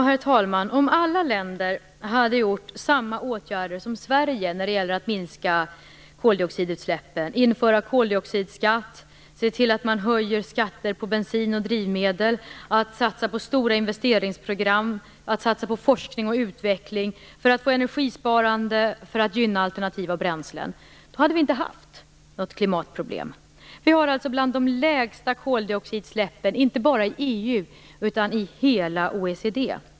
Herr talman! Om alla länder hade vidtagit samma åtgärder som Sverige vad beträffar att minska koldioxidutsläppen - det gäller att införa koldioxidskatt, se till att man höjer skatter på bensin och drivmedel, satsar på stora investeringsprogram, satsar på forskning och utveckling för att få energisparande och för att gynna alternativa bränslen - hade vi inte haft något klimatproblem. Vi har bland de lägsta koldioxidutsläppen inte bara i EU utan i hela OECD.